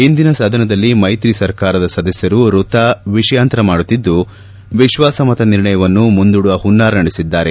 ಇಂದಿನ ಸದನದಲ್ಲಿ ಮೈತ್ರಿ ಸರ್ಕಾರದ ಸದಸ್ಕರು ವೃಥಾ ವಿಷಯಾಂತರ ಮಾಡುತ್ತಿದ್ದು ವಿಶ್ವಾಸಮತ ನಿರ್ಣಯವನ್ನು ಮುಂದೂಡುವ ಪುನ್ನಾರ ನಡೆಸಿದ್ದಾರೆ